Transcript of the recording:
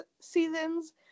seasons